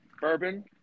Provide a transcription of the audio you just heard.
bourbon